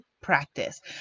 practice